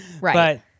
Right